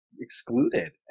excluded